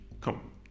come